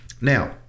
now